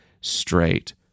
straight